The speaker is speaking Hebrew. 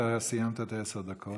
סיימת את עשר הדקות.